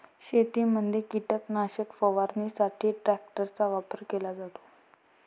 शेतीमध्ये कीटकनाशक फवारणीसाठी ट्रॅक्टरचा वापर केला जातो